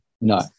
No